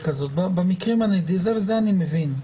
אני מבין.